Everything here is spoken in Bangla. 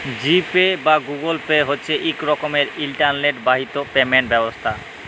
জি পে বা গুগুল পে হছে ইক রকমের ইলটারলেট বাহিত পেমেল্ট ব্যবস্থা